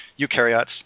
eukaryotes